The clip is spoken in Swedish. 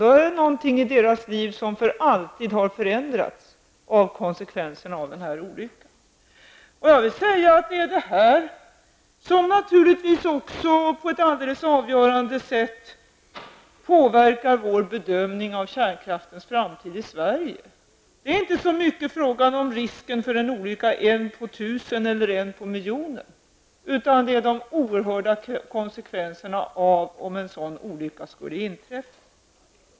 Konsekvenserna av Tjernobylolyckan innebär att någonting i dessa människors liv för alltid har förändrats. Detta påverkar naturligtvis också på ett avgörande sätt vår bedömning av kärnkraftens framtid i Sverige. Det är inte så mycket frågan om huruvida risken för en olycka är en på tusen eller en på miljonen, utan det gäller de oerhörda konsekvenserna som inträder om en olycka skulle inträffa.